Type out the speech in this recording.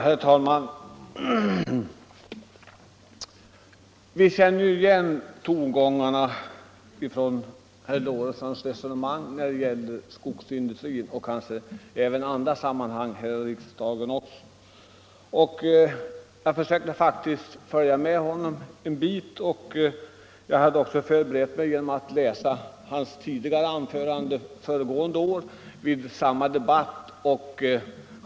Herr talman! Vi känner igen tongångarna från herr Lorentzons resonemang när det gäller skogsindustrin och kanske även i andra sammanhang här i riksdagen. Jag försökte faktiskt följa med en bit, och jag hade också förberett mig genom att läsa hans anförande föregående år i motsvarande debatt.